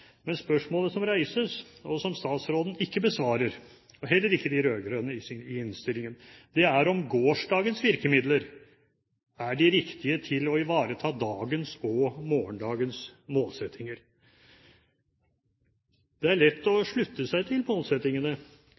Men spørsmålet som reises, og som statsråden ikke besvarer – og heller ikke de rød-grønne i innstillingen – er om gårsdagens virkemidler er de riktige til å ivareta dagens og morgendagens målsettinger. Det er lett å slutte seg til målsettingene,